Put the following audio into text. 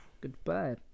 goodbye